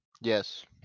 yes